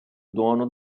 dono